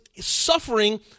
suffering